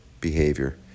behavior